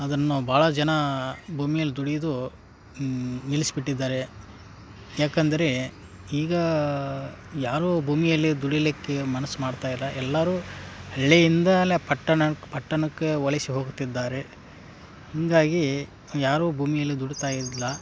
ಅದನ್ನು ಭಾಳ ಜನ ಭೂಮಿಯಲ್ಲಿ ದುಡಿಯೋದು ನಿಲ್ಲಿಸ್ಬಿಟ್ಟಿದ್ದಾರೆ ಏಕಂದ್ರೆ ಈಗ ಯಾರೂ ಭೂಮಿಯಲ್ಲಿ ದುಡಿಯಲಿಕ್ಕೆ ಮನಸ್ಸು ಮಾಡ್ತಾಯಿಲ್ಲ ಎಲ್ಲರೂ ಹಳ್ಳಿಯಿಂದಲೇ ಪಟ್ಟಣಕ್ಕೆ ಪಟ್ಟಣಕ್ಕೆ ವಲಸೆ ಹೋಗುತ್ತಿದ್ದಾರೆ ಹೀಗಾಗಿ ಯಾರೂ ಭೂಮಿಯಲ್ಲಿ ದುಡಿತಾ ಇಲ್ಲ